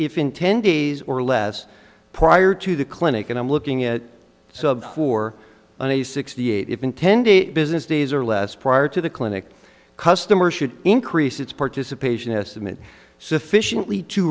if in ten days or less prior to the clinic and i'm looking at so of four on a sixty eight even ten day business days or less prior to the clinic customer should increase its participation estimate sufficiently to